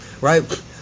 Right